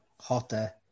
hotter